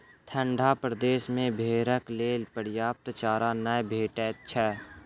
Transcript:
ठंढा प्रदेश मे भेंड़क लेल पर्याप्त चारा नै भेटैत छै